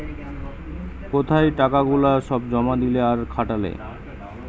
কোথায় টাকা গুলা সব জমা দিলে আর খাটালে